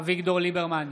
אביגדור ליברמן,